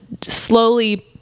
slowly